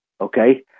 Okay